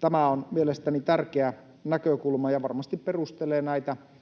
Tämä on mielestäni tärkeä näkökulma ja varmasti perustelee näitä